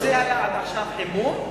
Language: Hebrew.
מה זה היה עד עכשיו, חימום?